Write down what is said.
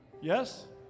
Yes